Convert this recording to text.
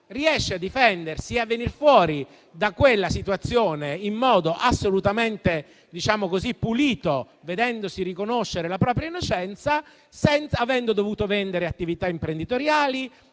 riesce a difendersi e a venir fuori da quella situazione in modo assolutamente pulito, vedendosi riconoscere la propria innocenza, alla necessità di vendere attività imprenditoriali